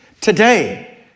today